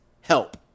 help